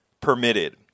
permitted